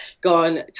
gone